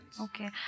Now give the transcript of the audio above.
Okay